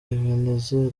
ebenezer